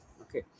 okay